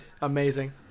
Amazing